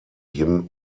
him